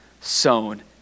sown